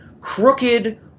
crooked